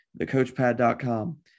thecoachpad.com